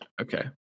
okay